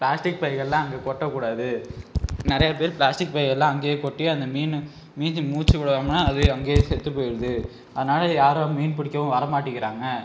plastic பைகளெலாம் அங்கே கொட்டக்கூடாது நிறையா பேர் ப்ளாஸ்டிக் பையெல்லாம் அங்கேயே கொட்டி அந்த மீனு மீனு மூச்சி விடாமல் அது அங்கேயே செத்து போயிடுது அதனால் யாரும் மீன் பிடிக்கவும் வர மாட்டிங்கிறாங்க